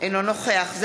אינו נוכח אופיר אקוניס,